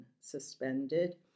suspended